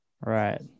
right